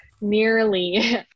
nearly